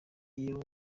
iyo